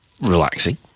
relaxing